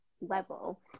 level